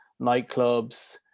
nightclubs